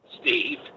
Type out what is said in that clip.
Steve